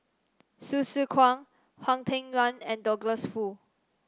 Hsu Tse Kwang Hwang Peng Yuan and Douglas Foo